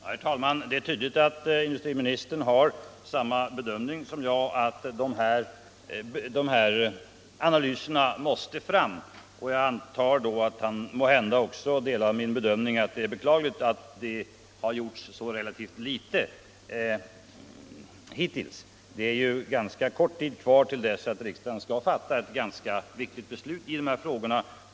Herr talman! Det är tydligt att industriministern har samma uppfattning som jag att dessa analyser måste göras. Jag antar då att han måhända delar min bedömning att det är beklagligt att så litet har gjorts hittills. Det är ju ganska kort tid kvar tills riksdagen skall fatta ett viktigt beslut i dessa frågor.